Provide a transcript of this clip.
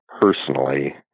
personally